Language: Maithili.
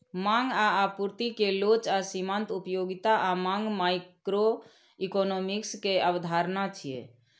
मांग आ आपूर्ति के लोच आ सीमांत उपयोगिता आ मांग माइक्रोइकोनोमिक्स के अवधारणा छियै